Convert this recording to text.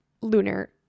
lunar